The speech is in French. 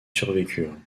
survécurent